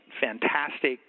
fantastic